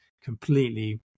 completely